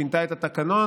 שינתה את התקנון,